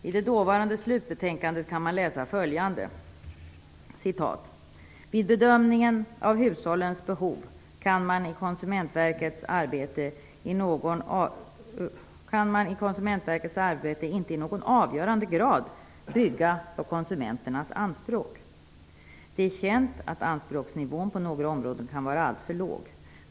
I det dåvarande slutbetänkandet kan man läsa följande: "Vid bedömningen av hushållens behov kan man i Konsumentverkets arbete inte i någon avgörande grad bygga på konsumenternas anspråk. Det är känt att anspråksnivån på några områden kan vara alltför låg.